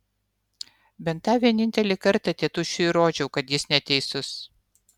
bent tą vienintelį kartą tėtušiui įrodžiau kad jis neteisus